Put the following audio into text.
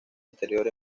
anterior